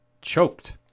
choked